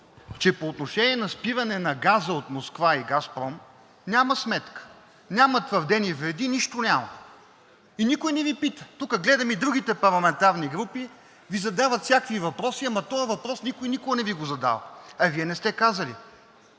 че по отношение на спиране на газа от Москва и „Газпром“ няма сметка. Няма твърдение за вреди, нищо няма. И никой не Ви пита. Тук гледам и другите парламентарни групи Ви задават всякакви въпроси, ама този въпрос никой никога не Ви го задава. А и Вие не сте казали